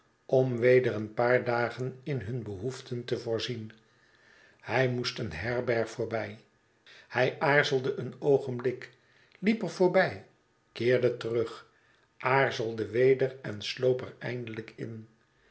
om weder een paar dagen in ivun behoeften te voorzien hij moest een herberg voor bij hij aarzelde een oogenblik liep er voorbij keerde terug aarzelde weder en sloop er eindelijk in